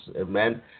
amen